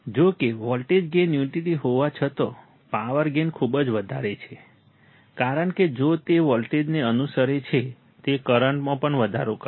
જો કે voltage gain unity હોવા છતાં પાવર ગેઇન ખૂબ જ વધારે છે કારણ કે જો કે તે વોલ્ટેજને અનુસરે છે તે કરંટમાં પણ વધારો કરશે